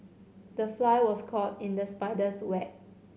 the fly was caught in the spider's web